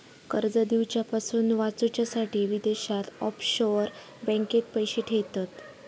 कर दिवच्यापासून वाचूच्यासाठी विदेशात ऑफशोअर बँकेत पैशे ठेयतत